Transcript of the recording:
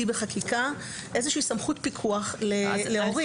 בחקיקה איזושהי סמכות פיקוח להורים.